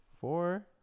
four